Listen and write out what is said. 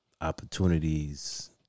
opportunities